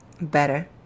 Better